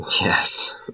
Yes